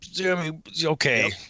Okay